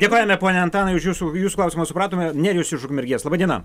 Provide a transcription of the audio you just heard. dėkojame pone antanai už jūsų jūsų klausimą supratome nerijus iš ukmergės laba diena